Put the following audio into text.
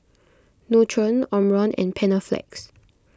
Nutren Omron and Panaflex